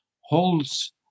holds